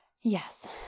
Yes